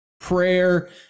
prayer